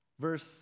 verse